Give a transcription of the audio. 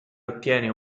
ottiene